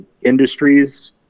industries